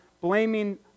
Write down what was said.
blaming